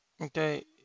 okay